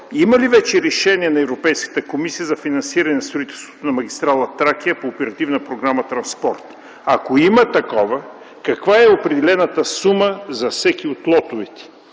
има ли вече решение на Европейската комисия за финансиране на строителството на автомагистрала „Тракия” по Оперативна програма „Транспорт”? Ако има такова, каква е определената сума за всеки от лотовете?